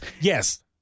yes